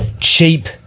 cheap